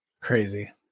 crazy